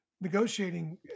negotiating